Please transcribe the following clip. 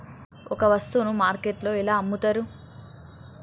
ఒక వస్తువును మార్కెట్లో ఎలా అమ్ముతరు?